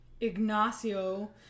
Ignacio